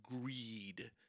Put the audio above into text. greed